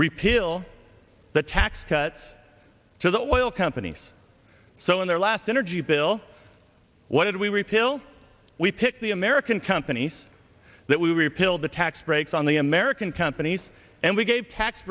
repeal the tax cut to the oil companies so in their last energy bill what did we repeal we picked the american companies that we repealed the tax breaks on the american companies and we gave tax